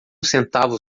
centavo